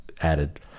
added